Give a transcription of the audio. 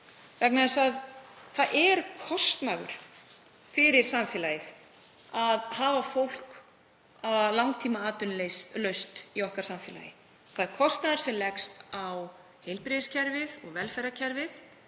samfélags. Það er kostnaður fyrir samfélagið að hafa fólk langtímaatvinnulaust í okkar samfélagi. Það er kostnaður sem leggst á heilbrigðiskerfið og velferðarkerfið